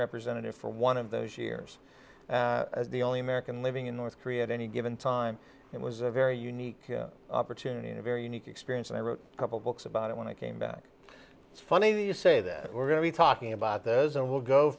representative for one of those years as the only american living in north korea at any given time it was a very unique opportunity and a very unique experience and i wrote a couple books about it when i came back it's funny that you say that we're going to be talking about this and we'll go